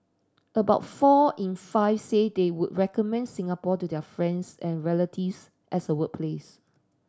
about four in five say they would recommend Singapore to their friends and relatives as a workplace